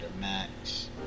max